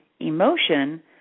emotion